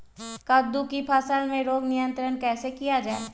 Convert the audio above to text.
कददु की फसल में रोग नियंत्रण कैसे किया जाए?